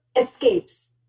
escapes